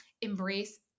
embrace